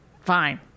fine